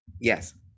Yes